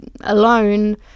alone